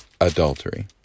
adultery